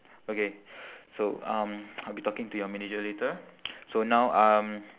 okay so um I'll be talking to your manager later so now um